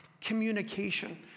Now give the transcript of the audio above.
communication